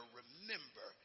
remember